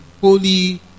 Holy